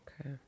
Okay